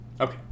Okay